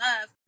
love